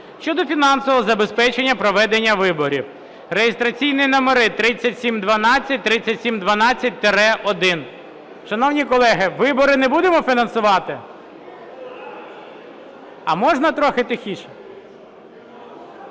щодо фінансового забезпечення проведення виборів (реєстраційні номери 3712, 3712-1). Шановні колеги, вибори не будемо фінансувати? А можна трохи тихіше?